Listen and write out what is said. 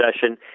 session